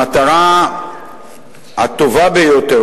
המטרה הטובה ביותר,